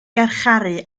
garcharu